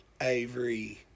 Avery